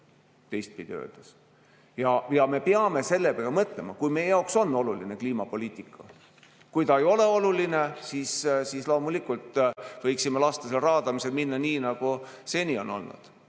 selle sidumise võimet. Me peame selle peale mõtlema, kui meie jaoks on oluline kliimapoliitika. Kui see ei ole oluline, siis loomulikult võiksime lasta raadamisel minna nii, nagu seni on olnud.